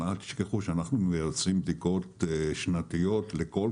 אל תשכחו שאנחנו מבצעים בדיקות שנתיות לכל